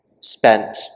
spent